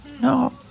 No